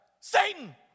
Satan